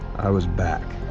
i was back